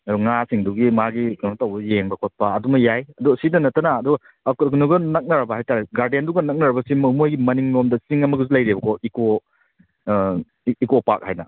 ꯉꯥꯁꯤꯡꯗꯨꯒꯤ ꯃꯥꯒꯤ ꯀꯩꯅꯣ ꯇꯧꯕ ꯌꯦꯡꯕ ꯈꯣꯠꯄ ꯑꯗꯨꯃ ꯌꯥꯏ ꯑꯗꯣ ꯁꯤꯗ ꯅꯠꯇꯅ ꯑꯗꯣ ꯀꯩꯅꯣꯗꯨꯒ ꯅꯛꯅꯔꯕ ꯍꯥꯏꯇꯥꯔꯦ ꯒꯥꯔꯗꯦꯟꯗꯨꯒ ꯅꯛꯅꯔꯕ ꯆꯤꯡ ꯃꯣꯏꯒꯤ ꯃꯅꯤꯡꯂꯣꯝꯗ ꯆꯤꯡ ꯑꯃꯒꯁꯨ ꯂꯩꯔꯤꯕꯀꯣ ꯏꯀꯣ ꯏꯀꯣ ꯄꯥꯔꯛ ꯍꯥꯏꯅ